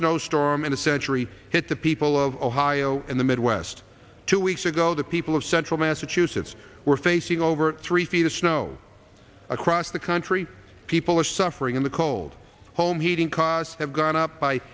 snowstorm in a century hit the people of ohio in the midwest two weeks ago the people of central massachusetts were facing over three feet of snow across the country people are suffering in the cold home heating costs have gone up by